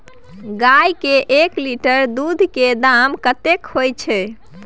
गाय के एक लीटर दूध के दाम कतेक होय छै?